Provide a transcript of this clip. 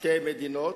"שתי מדינות",